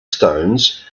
stones